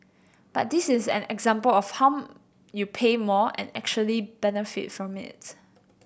but this is an example of how you pay more and actually benefit from it